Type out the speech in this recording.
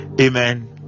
amen